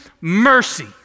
mercy